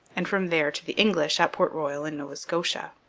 and from there to the english at port royal in nova scotia.